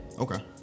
okay